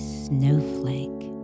snowflake